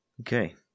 Okay